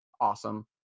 awesome